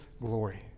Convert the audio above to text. glory